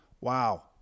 Wow